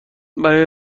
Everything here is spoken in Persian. برای